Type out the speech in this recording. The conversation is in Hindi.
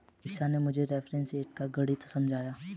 दीक्षा ने मुझे रेफरेंस रेट का गणित समझाया